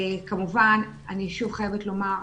אני שוב חייבת לומר,